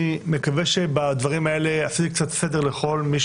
אני מקווה שבדברים האלה עשיתי קצת סדר לכל מי